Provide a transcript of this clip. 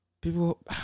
People